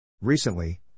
Recently